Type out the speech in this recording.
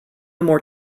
more